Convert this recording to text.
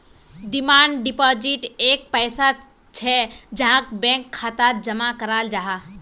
demand deposit एक पैसा छे जहाक बैंक खातात जमा कराल जाहा